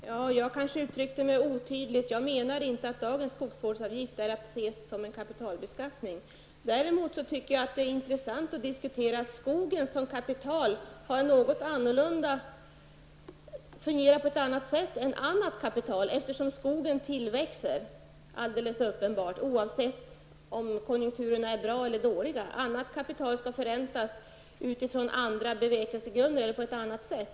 Herr talman! Jag kanske uttryckte mig otydligt. Jag menade inte att dagens skogsvårdsavgift är att se som en kapitalbeskattning. Däremot tycker jag att det är intressant att diskutera att skogen som kapital fungerar på ett annat sätt än annat kapital, eftersom skogen uppenbarligen tillväxer oavsett om konjunkturen är bra eller dålig. Annat kapital skall förräntas utifrån andra bevekelsegrunder eller på ett annat sätt.